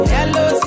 Yellow